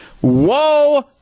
Whoa